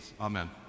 Amen